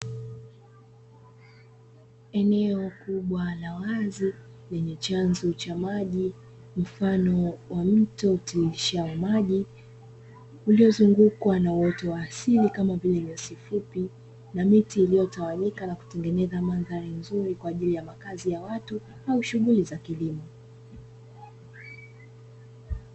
Eneo kubwa la wazi lenye chanzo cha maji, mfano wa mto utiririshao maji, uliozungukwa na uoto wa asili kama vile nyasi fupi, na miti iliyotawanyika, na kutengeneza mandhari nzuri kwa ajili ya makazi ya watu au shughuli za kilimo.